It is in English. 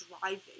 driving